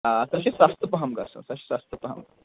آ سۄ چھِ سَستہٕ پَہَم گژھان سۄ چھِ سَستہٕ پَہَم